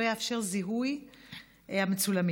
לא יאפשר זיהוי המצולמים.